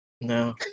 No